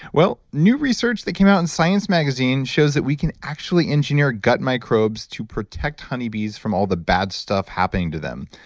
well, new research that came out in science magazine shows that we can actually engineer gut microbes to protect honeybees from all the bad stuff happening to them.